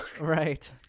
Right